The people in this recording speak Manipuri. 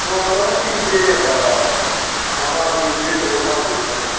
ꯑꯣ ꯇꯥꯃꯣ ꯁꯤꯒꯤꯁꯦ ꯃꯉꯥꯜꯒꯤ ꯕꯦꯖꯤꯇꯦꯕꯜ ꯐꯥꯝꯗꯣ ꯑꯣꯏꯗꯣꯏ ꯅꯠꯇ꯭ꯔꯣ